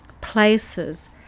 places